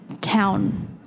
town